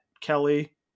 Kelly